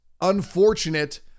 unfortunate